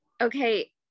okay